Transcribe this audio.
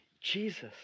Jesus